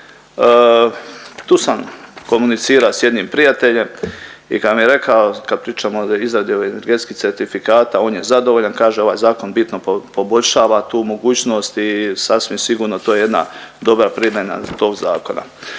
tu sam komunicirao s jednim prijateljem i kad mi je rekao kad pričamo o izradi ovih energetskih certifikata on je zadovoljan, kaže ovaj zakon bitno poboljšava tu mogućnost i sasvim sigurno to je jedna dobra primjena tog zakona.